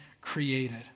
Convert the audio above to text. created